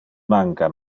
manca